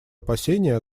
опасения